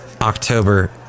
October